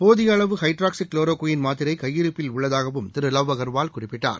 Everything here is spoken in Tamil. போதியஅளவு ஹைட்ராசிக் குளோரோகுயின் மாத்திரைகையிருப்பில் உள்ளதாகவும் திருலாவ் அகர்வால் குறிப்பிட்டார்